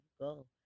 go